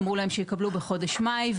ואמרו להם שיקבלו בחודש מאי,